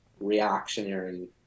Reactionary